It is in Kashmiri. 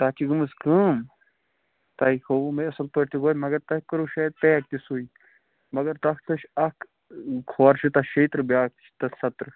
تَتھ چھِ گٲمٕژ کٲم تۄہہِ ہووٕ مےٚ اَصٕل پٲٹھۍ تہٕ مگر تۄہہِ کوٚروٕ شایِد پیک تہِ سُے مگر تتھ چھےٚ اَکھ کھۅر چھِ تَتھ شیٚترٕٛہ بیٛاکھ چھِ تَتھ سَتترٕٛہ